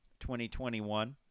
2021